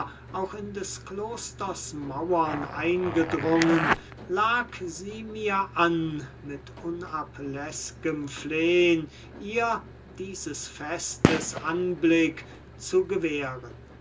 auch in des klosters mauern eingedrungen lag sie mir an mit unabläß'gem flehn ihr dieses festes anblick zu gewähren